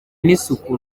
n’isuku